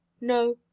No